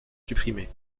supprimées